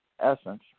Essence